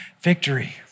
victory